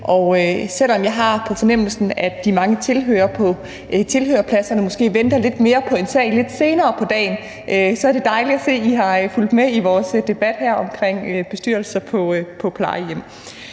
dag. Selv om jeg har på fornemmelsen, at de mange tilhørere på tilhørerpladserne måske venter lidt mere på en sag, der kommer på lidt senere på dagen, så er det dejligt at se, at I har fulgt med i vores debat her om bestyrelser på plejehjem.